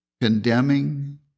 condemning